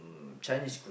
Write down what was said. mm Chinese cuisine